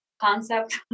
concept